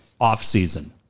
offseason